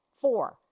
Four